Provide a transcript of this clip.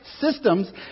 systems